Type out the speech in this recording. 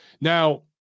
Now